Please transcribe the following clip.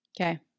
Okay